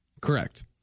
Correct